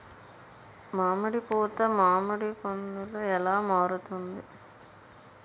మామిడి పూత మామిడి పందుల ఎలా మారుతుంది?